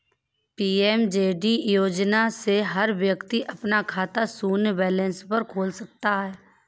PMJD योजना से हर व्यक्ति अपना खाता शून्य बैलेंस पर खोल सकता है